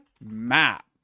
Map